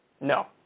No